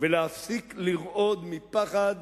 ולהפסיק לרעוד מפחד